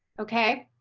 okay,